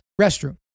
restroom